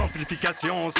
Amplification